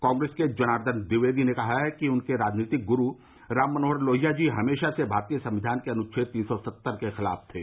कांग्रेस के जनार्दन द्विवेदी ने कहा है कि उनके राजनीतिक गुरू राम मनोहर लोहिया जी हमेशा से भारतीय संविधान के अनुच्छेद तीन सौ सत्ता के खिलाफ थे